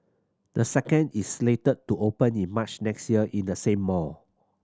the second is slated to open in March next year in the same mall